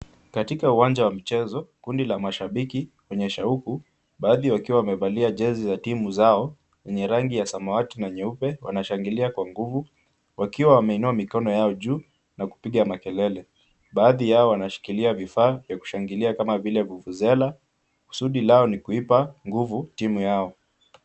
Katika uwanja wa mchezo kundi la mashabiki wenye shauku, baadhi wakiwa wamevalia jezi za timu zao yenye rangi ya samawati na nyeupe wanashangilia kwa nguvu wakiwa wameinua mikono yao juu na kupiga makelele. Baadhi yao wanashikilia vifaa vya kushangilia kama vile vuvuzela. Kusudi lao ni kuipa nguvu timu yao.